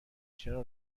چرا